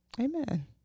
Amen